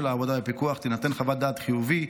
העבודה בפיקוח תינתן חוות דעת חיובית,